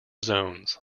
zones